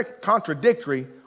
contradictory